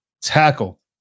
tackle